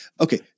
Okay